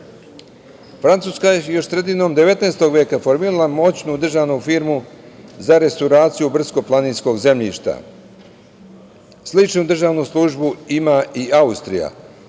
Francuska je još sredinom 19 veka formirala moćnu državnu firmu za restauraciju brdsko-planinskog zemljišta. Sličnu državnu službu ima i Austrija.